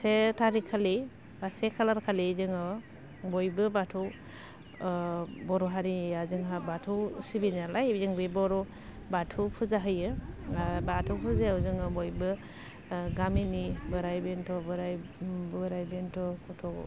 से थारिख खालि बा से खालारखालि जोङो बयबो बाथौ बर' हारिया जोंहा बाथौ सिबियो नालाय बेजों बे बर' बाथौ फुजा होयो बाथौ फुजायाव जोङो बयबो गामिनि बोराइ बेन्थ' बोराइ बोराइ बेन्थ' गथ'